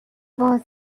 was